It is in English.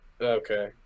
Okay